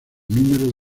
número